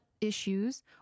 issues